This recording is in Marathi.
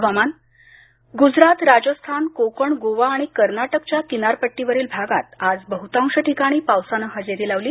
हवामान गुजराथ राजस्थान कोकण गोवा आणि कर्नाटकच्या किनारपट्टीवरील भागात आज बहुतांश ठिकाणी पावसान हजेरी लावली